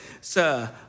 Sir